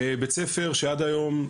בית ספר שעד היום,